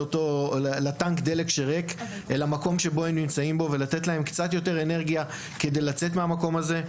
לטנק הדלק הריק בו הם נמצאים כדי לצאת מהמקום הזה.